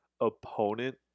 opponent